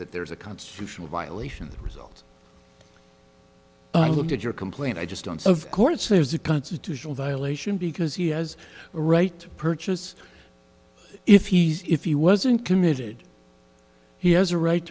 that there is a constitutional violation the result i looked at your complaint i just don't see of course there's a constitutional violation because he has a right to purchase if he's if he wasn't committed he has a right